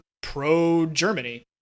pro-Germany